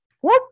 Whoop